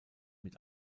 mit